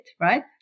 right